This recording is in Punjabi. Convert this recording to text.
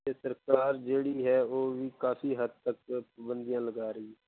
ਅਤੇ ਸਰਕਾਰ ਜਿਹੜੀ ਹੈ ਉਹ ਵੀ ਕਾਫ਼ੀ ਹੱਦ ਤੱਕ ਪਾਬੰਦੀਆਂ ਲਗਾ ਰਹੀ